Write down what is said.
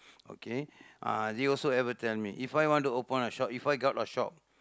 okay uh they also ever tell me if I want to open a shop if I got a shop